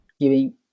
giving